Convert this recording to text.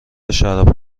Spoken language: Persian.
شراب